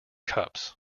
cups